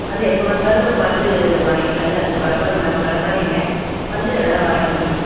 வந்து எப்போ வந்தாலும் பார்த்து வாங்கிக்கலாங்க அது பரவாயில்லங்க நம்ம கடைமாரிங்க வந்து நல்லா வாங்கிக்கீங்க